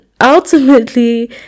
ultimately